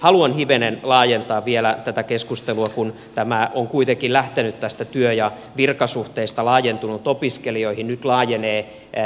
haluan hivenen laajentaa vielä tätä keskustelua kun tämä on kuitenkin lähtenyt tästä työ ja virkasuhteesta laajentunut opiskelijoihin nyt laajenee vapaaehtoistyöntekijöihin